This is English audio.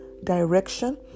direction